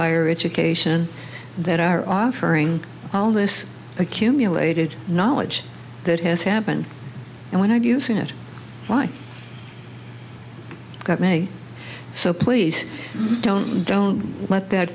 higher education that are offering all this accumulated knowledge that has happened and why do you sing it why you got me so please don't don't let that